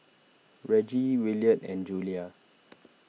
Reggie Williard and Julia